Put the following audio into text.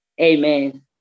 amen